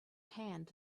hand